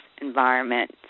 environment